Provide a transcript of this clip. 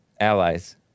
Allies